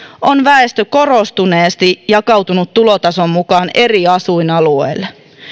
on väestö korostuneesti jakautunut tulotason mukaan eri asuinalueille